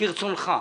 כרצונך.